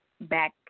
back